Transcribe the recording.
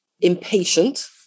impatient